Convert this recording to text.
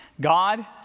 God